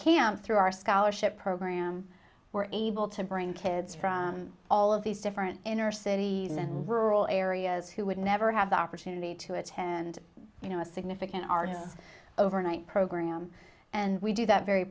can through our scholarship program we're able to bring kids from all of these different inner cities and rural areas who would never have the opportunity to attend you know a significant artist overnight program and we do that very